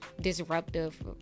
disruptive